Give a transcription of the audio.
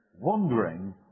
Wondering